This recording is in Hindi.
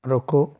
रुको